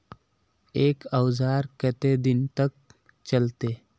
एक औजार केते दिन तक चलते?